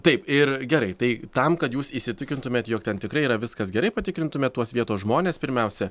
taip ir gerai tai tam kad jūs įsitikintumėt jog ten tikrai yra viskas gerai patikrintumėt tuos vietos žmones pirmiausia